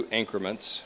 increments